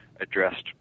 addressed